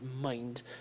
mind